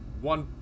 one